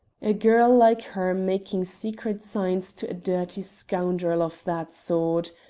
a girl like her making secret signs to a dirty scoundrel of that sort.